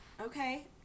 Okay